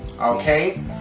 okay